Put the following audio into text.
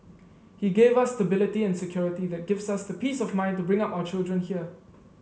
he gave us stability and security that gives us the peace of mind to bring up our children here